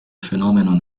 fenomeno